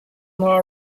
law